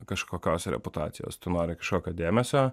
kažkokios reputacijos tu nori kažkokio dėmesio